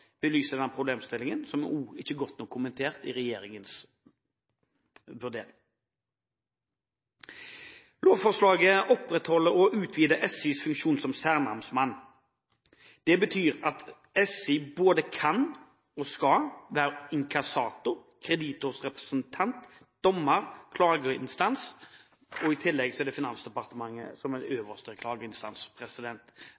belyser denne problemstillingen, som ikke er godt nok kommentert i regjeringens vurdering. Lovforslaget opprettholder og utvider SIs funksjon som særnamsmann. Det betyr at SI både kan og skal være inkassator, kreditors representant, dommer og klageinstans, og i tillegg er Finansdepartementet